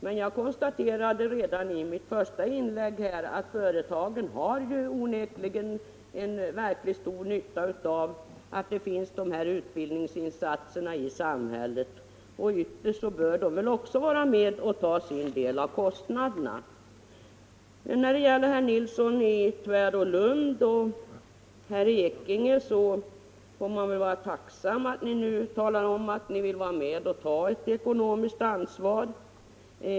Men jag konstaterade redan i mitt första inlägg att företagen onekligen har stor nytta av dessa utbildningsinsatser, och ytterst bör de också vara med och ta sin del av kostnaderna. När det gäller herrar Nilsson i Tvärålund och Ekinge får man väl vara tacksam för att de nu talar om att de vill vara med och ta ett ekonomiskt ansvar.